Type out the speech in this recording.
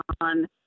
on